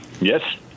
Yes